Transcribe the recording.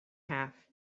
half